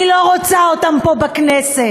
אני לא רוצה אותם פה בכנסת.